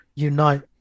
unite